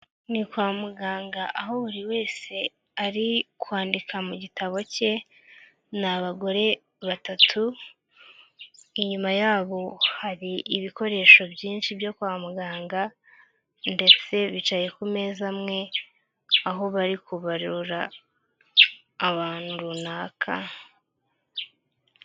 Ni kwa muganga, aho buri wese ari kwandika mu gitabo cye, ni abagore batatu, inyuma yabo hari ibikoresho byinshi byo kwa muganga, ndetse bicaye ku meza amwe, aho bari kubarura ahantu runaka.